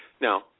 Now